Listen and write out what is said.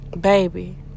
baby